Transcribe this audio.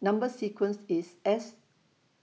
Number sequence IS S